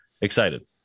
excited